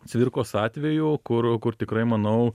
cvirkos atveju kur kur tikrai manau